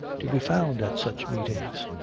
to be found at such meetings.